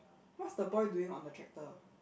what's the boy doing on the tractor